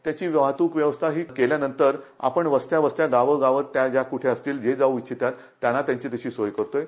त्याची वाहतूक व्यवस्था केल्या नंतर आपण वस्त्या वस्त्या गावं गावं त्या ज्या कुठे असतील जे जाऊ इच्छितात त्यांना तशी सोय करतोय